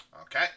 Okay